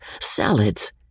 salads